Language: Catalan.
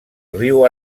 riu